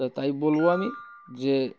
তা তাই বলবো আমি যে